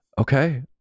Okay